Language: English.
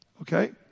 Okay